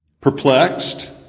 Perplexed